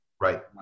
Right